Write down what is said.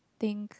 think